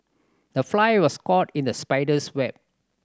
the fly was caught in the spider's web